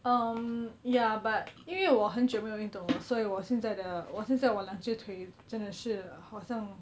um ya but 因为我很久没有运动了所以我现在的我现在我两只腿真的是好像